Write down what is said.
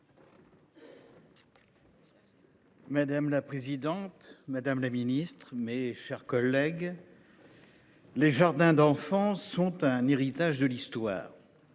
Madame la présidente, madame la ministre, mes chers collègues, les jardins d’enfants sont un héritage de l’histoire.